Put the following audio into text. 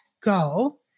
go